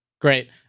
Great